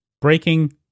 breaking